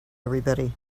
everybody